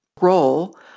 role